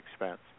expense